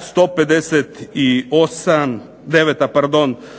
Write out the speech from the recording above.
158.,